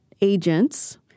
agents